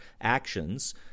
actions